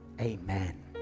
amen